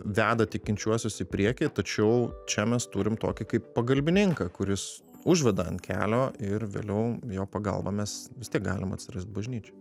veda tikinčiuosius į priekį tačiau čia mes turim tokį kaip pagalbininką kuris užveda ant kelio ir vėliau jo pagalba mes vis tiek galim atsirast bažnyčioj